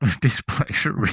displeasure